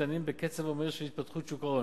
המשתנים בקצב המהיר של התפתחות שוק ההון,